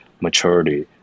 maturity